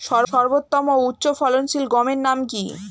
সর্বোত্তম ও উচ্চ ফলনশীল গমের নাম কি?